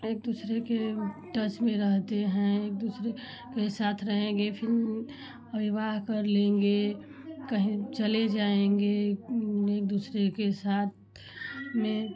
एक दूसरे के टच में रहते हैं एक दूसरे के साथ रहेंगे फिर विवाह कर लेंगे कहीं चले जाएँगे एक दूसरे के साथ में